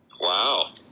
Wow